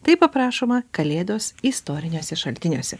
taip aprašoma kalėdos istoriniuose šaltiniuose